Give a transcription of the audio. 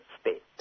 state